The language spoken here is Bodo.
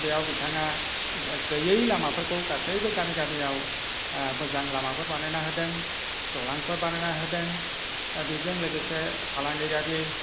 बेयाव बिथाङा गैयै लामाफोरखौ गासैबो गामि गामियाव मोजां लामाफोर बानायना होदों दालांफोर बानायना होदों दा बेजों लोगोसे फालांगिरियारि